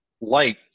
light